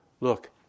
look